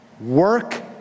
work